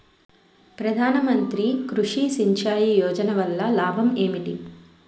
ప్రధాన మంత్రి కృషి సించాయి యోజన వల్ల లాభం ఏంటి?